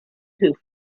who